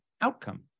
outcome